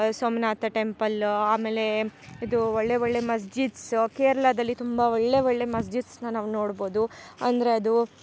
Somnath temple ಆಮೇಲೆ ಇದು ಒಳ್ಳೆಯ ಒಳ್ಳೆಯ ಮಸ್ಜಿದ್ಸ್ ಕೆರಳಾದಲ್ಲಿ ತುಂಬ ಒಳ್ಳೆಯ ಒಳ್ಳೆಯ ಮಸ್ಜಿದ್ಸ್ನ ನಾವು ನೋಡ್ಬೋದು ಅಂದರೆ ಅದು